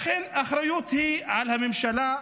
לכן האחריות היא על הממשלה,